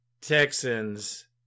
Texans